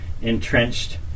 entrenched